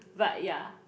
but ya